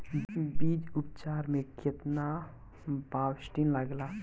बीज उपचार में केतना बावस्टीन लागेला?